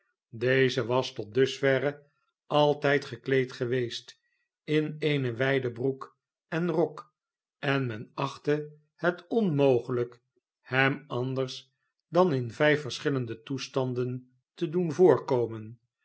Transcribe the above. deze was tot dusverre altijd gekleed geweest in eene wijde broek en rok en men achtte het onmogelijk hem anders dan in vijf verschillende toestanden te doen voorkomen